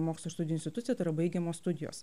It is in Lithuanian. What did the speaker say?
mokslo ir studijų institucija tai yra baigiamos studijos